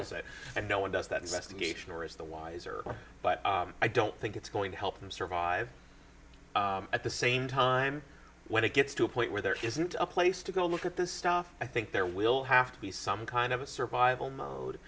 it and no one does that sestak ation or is the wiser but i don't think it's going to help them survive at the same time when it gets to a point where there isn't a place to go look at this stuff i think there will have to be some kind of a survival mode